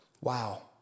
Wow